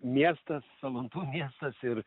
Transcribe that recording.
miestas salantų miestas ir